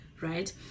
right